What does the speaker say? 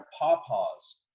Pawpaws